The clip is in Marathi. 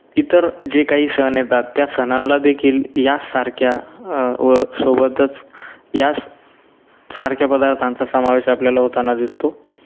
इतर जे काही सण येतात त्या सणांन्लादेखील याचसारख्या व सोबतच याचसारख्या पदार्थांचा समावेश आपल्याला होताना दिसतो